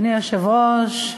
אדוני היושב-ראש,